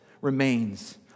remains